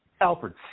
Alfred